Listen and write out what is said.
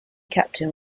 captain